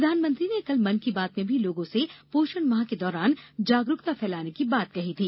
प्रधानमंत्री ने कल मन की बात में भी लोगों से पोषण माह के दौरान जागरुकता फैलाने की बात कही थी